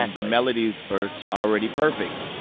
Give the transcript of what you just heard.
and the melodies are already perfect.